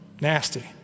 nasty